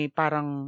parang